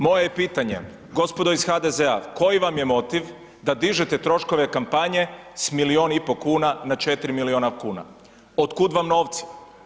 Moje je pitanje, gospodo iz HDZ-a, koji vam je motiv da dižete troškove kampanje s milijun i po kuna na 4 milijuna kuna, otkud vam novci?